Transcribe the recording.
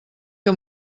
que